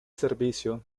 servicio